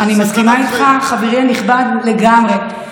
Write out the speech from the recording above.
אני מסכימה איתך, חברי הנכבד, לגמרי.